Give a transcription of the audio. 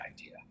idea